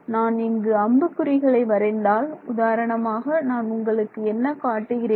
நான் இங்கு அம்புக் குறிகளை வரைந்தால் உதாரணமாக நான் உங்களுக்கு என்ன காட்டுகிறேன்